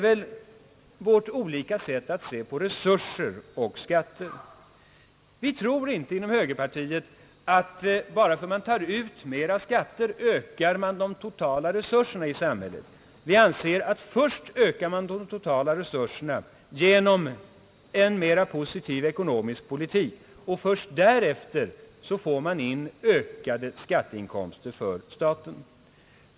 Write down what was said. Vi ser på resurserna och skatterna på olika sätt. Vi inom högerpartiet tror inte, att man ökar de totala resurserna i samhället bara för att man tar ut mera skatter. Vi anser att först ökar man de totala resurserna genom en mera positiv ekonomisk politik och inte förrän därefter får man in ökade skatteinkomster för staten.